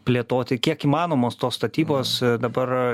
plėtoti kiek įmanomos tos statybos dabar